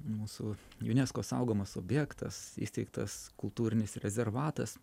mūsų unesco saugomas objektas įsteigtas kultūrinis rezervatas